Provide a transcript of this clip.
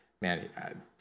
man